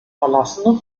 verlassene